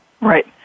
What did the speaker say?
Right